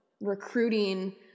recruiting